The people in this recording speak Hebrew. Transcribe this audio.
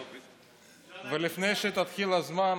לפני שתתחיל עם הזמן,